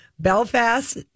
Belfast